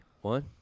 One